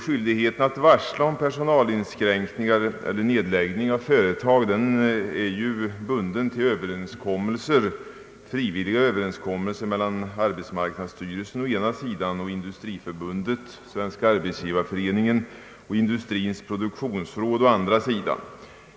Skyldigheten att varsla om personalinskränkningar eller nedläggning av företag är bunden till överenskommelser mellan arbetsmarknadsstyrelsen å ena sidan och Sveriges industriförbund, Svenska arbetsgivareföreningen och Industrins produktionsråd å andra sidan.